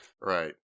Right